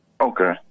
Okay